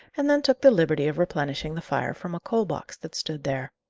and then took the liberty of replenishing the fire from a coal-box that stood there.